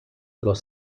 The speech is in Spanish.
los